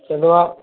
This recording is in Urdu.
چلو آپ